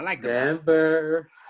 Denver